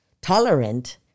tolerant